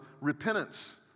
repentance